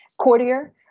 courtier